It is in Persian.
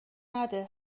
نده